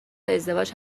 ازدواج